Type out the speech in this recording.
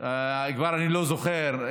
אני כבר לא זוכר,